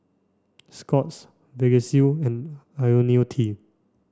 Scott's Vagisil and Ionil T